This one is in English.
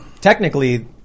technically